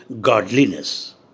godliness